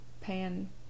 pan